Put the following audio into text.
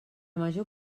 major